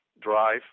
drive